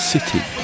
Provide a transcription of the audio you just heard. City